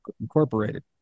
Incorporated